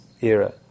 era